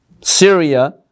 Syria